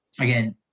again